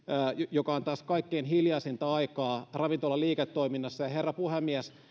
joka on taas kaikkein hiljaisinta aikaa ravintolan liiketoiminnassa herra puhemies